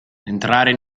entrare